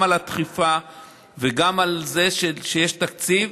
גם על הדחיפה וגם על זה שיש תקציב.